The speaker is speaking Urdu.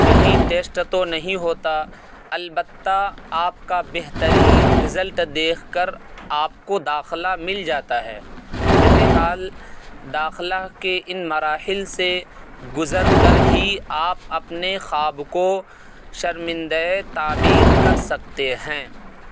کہیں ٹیسٹ تو نہیں ہوتا البتہ آپ کا بہترین رزلٹ دیکھ کر آپ کو داخلہ مل جاتا ہے بہر حال داخلہ کے ان مراحل سے گزر کر ہی آپ اپنے خواب کو شرمندہٴ تعبیر کر سکتے ہیں